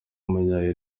w’umunya